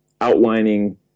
outlining